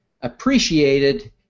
appreciated